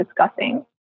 discussing